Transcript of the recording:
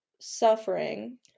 suffering